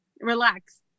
Relax